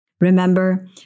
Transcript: Remember